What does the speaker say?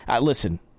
Listen